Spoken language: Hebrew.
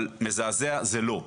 אבל מזעזע זה לא.